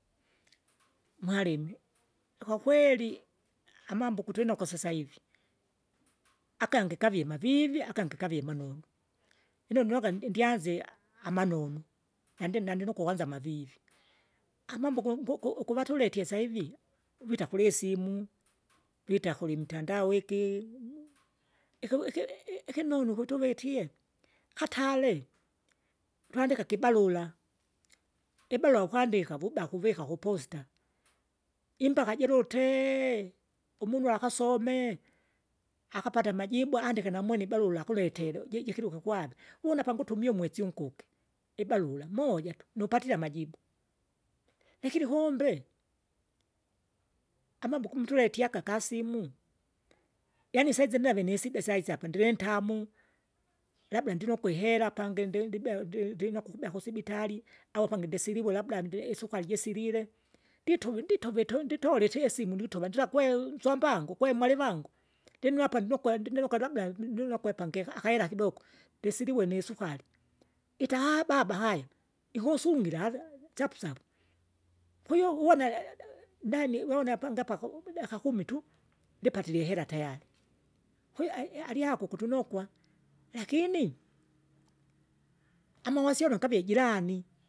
Mwalimi, kwakweli amambo kutulinakwe sasaivi, akangi gavie mavivi agangi gavie manonu, ino ninoga ndyanzi amanonu, nandi- nandinokwa kwanza amavivi, Amambo gonguku ukuvatuletie saivi, vita kulisimu, vita kuli mtandao iki, ikiwu- iki- ikinonu kutuvitie, katare, twandike ikibarura, ibarua ukwandika vuba kuvika ku Posta, imbaka jilutee, umunu akasome, akapate amajibu andike namwene namwene ibarura kuletere jijikuke kwve, wonapa ngutumie umwesi unkuke ibarura moja, nupatile amajibu. Lakini kumbe, amambo gomtuletie aka kasimu, yaani saizi nave nisida syaisyapa ndirintamu, labda ndinokwa ihera apangi ndi- ndibea- ndi- ndinakwe ukubea kusibitari, au apange ndisilivula labda ndiri isukari jisilile, ndituvu nditove to nditole itiesimu nditova ndilakwe unsombangu kwemalivangu. Ndino apa ndinokwe ndiniluka labda ninukwe pangi akahera kidoko, ndisiliwe nisukari, ita baba haya, ikusungira ali chapusapu. Kwahiyo uvone neni uvone apange apaku ubuda akakumi tu, ndipatileihera tayari, kwahiyo ai- alyako ukutunokwa, lakini, amawasiliano gavie jirani.